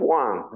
one